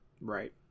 Right